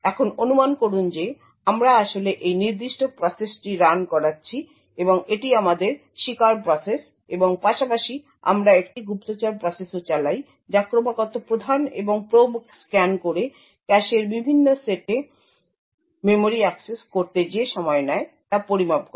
এখন অনুমান করুন যে আমরা আসলে এই নির্দিষ্ট প্রসেসটি রান করাচ্ছি এবং এটি আমাদের শিকার প্রসেস এবং পাশাপাশি আমরা একটি গুপ্তচর প্রসেসও চালাই যা ক্রমাগত প্রধান এবং প্রোব স্ক্যান করে ক্যাশের বিভিন্ন সেটে মেমরি অ্যাক্সেস করতে যে সময় নেয় তা পরিমাপ করে